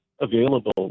available